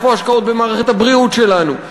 איפה השקעות במערכת הבריאות שלנו?